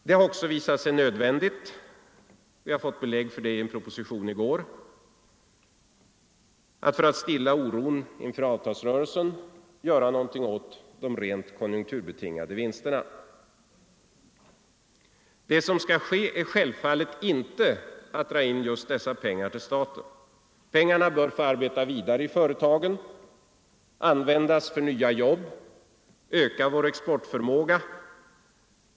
Det har också visat sig nödvändigt — det har vi fått belägg för i en proposition i går — att, för att stilla oron inför avtalsrörelsen, göra något åt de rent konjukturbetingade vinsterna. Det som skall ske är självfallet inte att just dessa pengar skall dras in till staten. Pengarna bör få arbeta vidare i företagen, användas för nya jobb, öka vår exportförmåga.